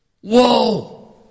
Whoa